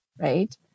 right